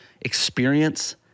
experience